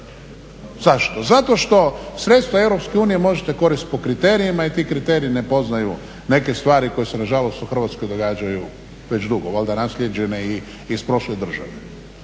Zašto? Zato što sredstva Europske unije možete koristiti po kriterijima, i ti kriteriji ne poznaju neke stvari koje se nažalost u Hrvatskoj događaju već dugo, valjda naslijeđene i iz prošle države.